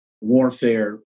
warfare